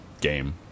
game